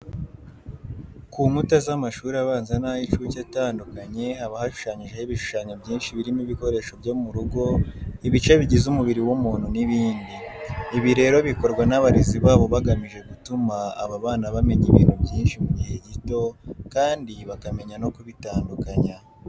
Ku nkuta z'amashuri abanza n'ay'incuke atandukanye haba hashushanyijeho ibishushanyo byinshi birimo ibikoresho byo mu rugo, ibice bigize umubiri w'umuntu n'ibindi. Ibi rero bikorwa n'abarezi babo bagamije gutuma aba bana bamenya ibintu byinshi mu gihe gito kandi bakamenya no kubitandukanya.